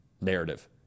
narrative